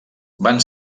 van